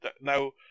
now